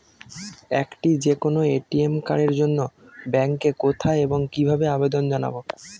একটি যে কোনো এ.টি.এম কার্ডের জন্য ব্যাংকে কোথায় এবং কিভাবে আবেদন জানাব?